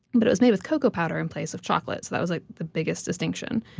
but it was made with cocoa powder in place of chocolate that was like the biggest distinction.